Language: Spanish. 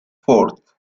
ford